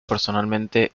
personalmente